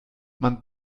man